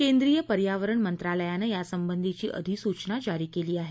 केंद्रीय पर्यावरण मंत्रालयानं यासंबंधीची अधिसूचना जारी केली आहे